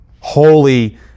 holy